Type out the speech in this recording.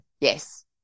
Yes